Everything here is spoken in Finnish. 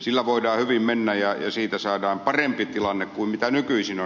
sillä voidaan hyvin mennä ja siitä saadaan parempi tilanne kuin nykyisin on